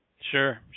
Sure